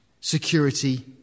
security